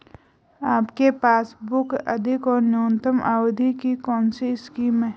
आपके पासबुक अधिक और न्यूनतम अवधि की कौनसी स्कीम है?